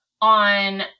on